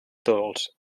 dolç